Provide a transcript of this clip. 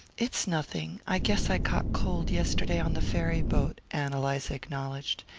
it's nothing. i guess i caught cold yesterday on the ferry-boat, ann eliza acknowledged.